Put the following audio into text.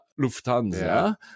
Lufthansa